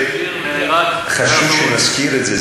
חשוב שנזכיר את זה,